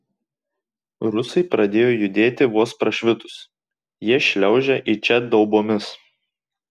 rusai pradėjo judėti vos prašvitus jie šliaužia į čia daubomis